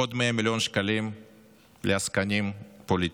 עוד 100 מיליון שקלים לעסקנים פוליטיים.